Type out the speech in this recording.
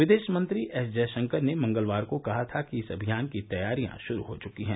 विदेश मंत्री एसजयशंकर ने मंगलवार को कहा था कि इस अभियान की तैयारियां शुरू हो चुकी हैं